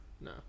No